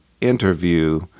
interview